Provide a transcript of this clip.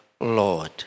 Lord